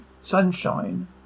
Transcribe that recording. sunshine